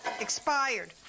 Expired